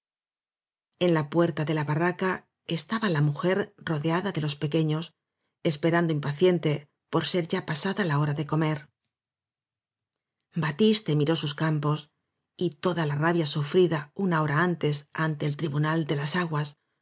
en la puerta de la barraca estaba la mujer rodeada de los pequeños esperando impacien te por ser ya pasada la hora de comer batiste miró sus campos y toda la rabia su frida una hora antes ante el tribunal de las aguas